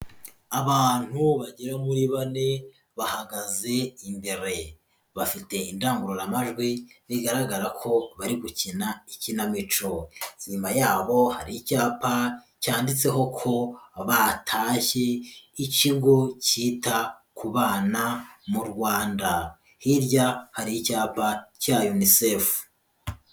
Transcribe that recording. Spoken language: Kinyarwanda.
Abantu bagera muri bane, bahagaze imbere bafite indangururamajwi, bigaragara ko bari gukina ikinamico; inyuma yabo hari icyapa cyanditseho ko batashye ikigo cyita ku bana mu Rwanda, hirya hari icyapa cya UNICEF.